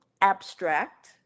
abstract